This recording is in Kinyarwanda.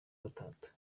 gatatu